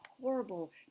horrible